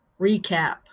Recap